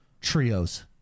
trios